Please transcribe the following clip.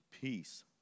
peace